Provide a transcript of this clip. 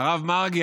הרב מרגי,